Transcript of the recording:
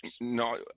no